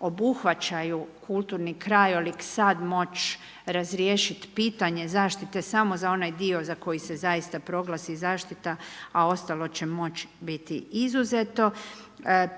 obuhvaćaju kulturni krajolik sad moći razriješiti pitanje zaštite samo za onaj dio za koji se zaista proglasi zaštita, a ostalo će moći biti izuzeto.